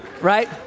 right